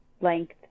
length